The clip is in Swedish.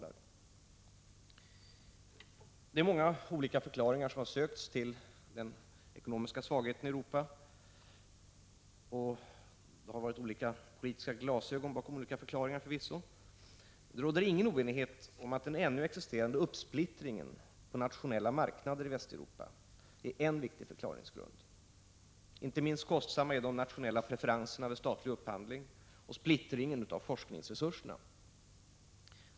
Man har sökt många olika förklaringar till den ekonomiska svagheten i Europa, och det har förvisso funnits olika politiska glasögon bakom de olika förklaringarna, men det råder ingen oenighet om att den ännu existerande uppsplittringen på nationella marknader i Västeuropa är en viktig förklaringsgrund. Inte minst kostsamma är de nationella preferenserna vid statlig upphandling och splittringen av forskningsresurserna.